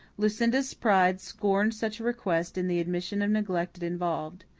lucinda's pride scorned such a request and the admission of neglect it involved.